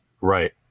Right